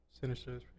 Sinister